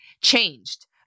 changed